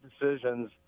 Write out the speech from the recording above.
decisions